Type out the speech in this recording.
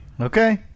Okay